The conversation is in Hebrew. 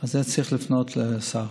צריך לפנות לשר.